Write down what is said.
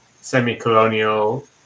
semi-colonial